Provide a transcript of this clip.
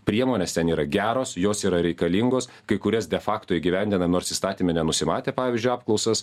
priemonės ten yra geros jos yra reikalingos kai kurias defakto įgyvendina nors įstatyme nenusimatė pavyzdžiui apklausas